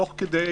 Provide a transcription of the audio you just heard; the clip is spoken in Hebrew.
תוך כדי